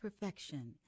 perfection